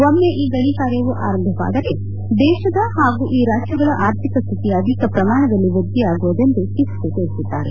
ಒಮ್ನೆ ಈ ಗಣಿ ಕಾರ್ಯವು ಆರಂಭವಾದರೆ ದೇಶದ ಹಾಗೂ ಈ ರಾಜ್ಗಳ ಆರ್ಥಿಕ ಸ್ಲಿತಿ ಅಧಿಕ ಪ್ರಮಾಣದಲ್ಲಿ ವ್ಟದ್ದಿಯಾಗುವುದೆಂದು ಕಿಸಕು ತಿಳಿಸಿದ್ದಾರೆ